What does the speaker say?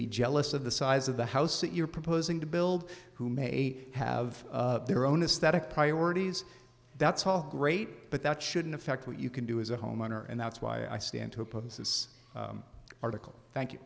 be jealous of the size of the house that you're proposing to build who may have their own aesthetic priorities that's all great but that shouldn't affect what you can do as a homeowner and that's why i stand to oppose this article thank you